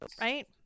right